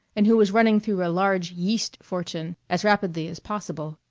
and who was running through a large yeast fortune as rapidly as possible.